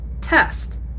test